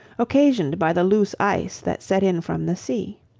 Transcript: occasioned by the loose ice that set in from the sea.